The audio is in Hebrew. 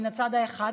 מן הצד האחד,